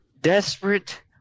desperate